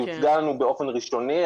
היא הוצאה לנו באופן ראשוני.